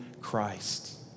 Christ